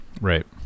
Right